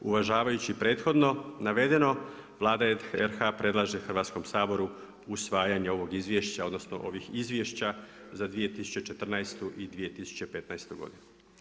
Uvažavajući prethodno navedeno Vlada RH predlaže Hrvatskom saboru usvajanje ovog izvješća odnosno ovih izvješća za 2014. i 2015. godinu.